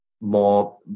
more